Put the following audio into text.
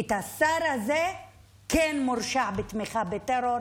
השר הזה כן מורשע בתמיכה בטרור,